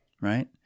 right